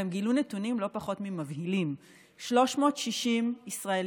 והם גילו נתונים לא פחות ממבהילים: 360 ישראליות